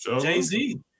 Jay-Z